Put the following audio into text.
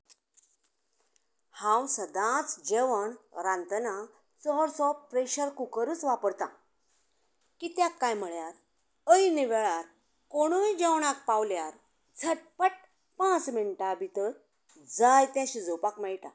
हांव सदांच जेवण रांदतना चडसो प्रेशर कुकरच वापरता कित्याक कांय म्हळ्यार एैन वेळार कोणूय जेवणाक पावल्यार झटपट पांच मिनटां भितर जाय तें शिजोवपाक मेळटा